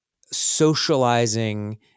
socializing